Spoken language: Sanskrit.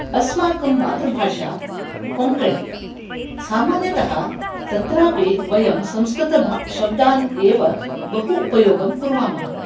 अस्माकं मातृभाषा कोङ्कणी सामान्यतः तत्रापि वयं संस्कृत भ शब्दान् एव बहु उपयोगं कुर्वामः